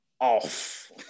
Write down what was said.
off